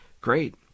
Great